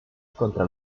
contra